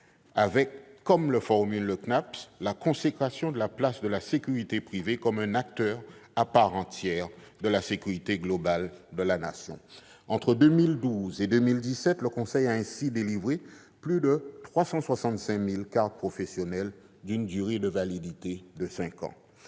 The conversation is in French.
privées de sécurité, le CNAPS, la « consécration de la place de la sécurité privée comme un acteur à part entière de la sécurité globale de la Nation ». Entre 2012 et 2017, le Conseil a ainsi délivré plus de 363 000 cartes professionnelles d'une durée de validité de cinq ans.